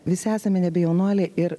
visi esame nebe jaunuoliai ir